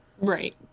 right